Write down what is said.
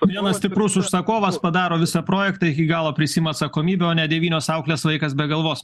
vienas stiprus užsakovas padaro visą projektą iki galo prisiima atsakomybę o ne devynios auklės vaikas be galvos